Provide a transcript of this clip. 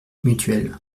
mutuelle